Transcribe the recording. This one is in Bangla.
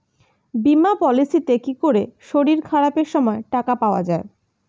বীমা পলিসিতে কি করে শরীর খারাপ সময় টাকা পাওয়া যায়?